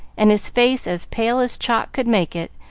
and his face as pale as chalk could make it,